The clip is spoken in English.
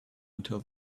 until